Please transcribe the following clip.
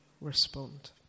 respond